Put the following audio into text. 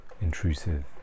intrusive